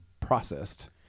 processed